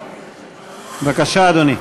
בבקשה, אדוני.